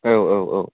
औ औ औ